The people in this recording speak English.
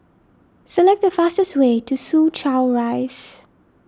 select the fastest way to Soo Chow Rise